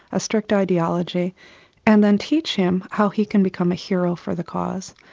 a strict ideology and then teach him how he can become a hero for the cause.